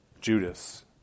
Judas